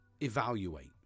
evaluate